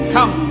Come